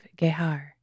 Gehar